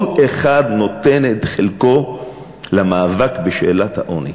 אחד נותן את חלקו למאבק בשאלת העוני.